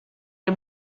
les